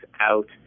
out